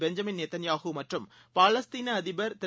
பென்ஜமின்நேத்தன்யாகுமற்றும்பாலஸ்தீனஅதிபா் திரு